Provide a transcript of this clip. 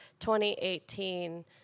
2018